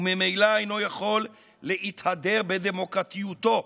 וממילא אינו יכול להתהדר בדמוקרטיותו.